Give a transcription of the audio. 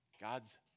God's